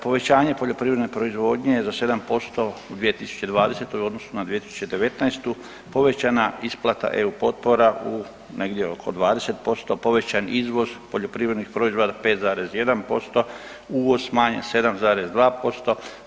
Povećanje poljoprivredne proizvodnje za 7% u 2020. u odnosu na 2019., povećana isplata EU potpora negdje oko 20%, povećan izvoz poljoprivrednih proizvoda 5,1%, uvoz smanjen 7,2%